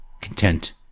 content